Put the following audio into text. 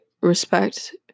respect